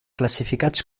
classificats